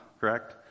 correct